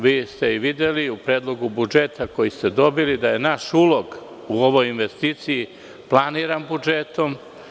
Videli ste u Predlogu budžeta koji ste dobili da je naš ulog u ovoj investiciji planiran budžetom.